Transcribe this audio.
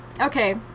okay